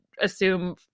assume